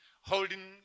holding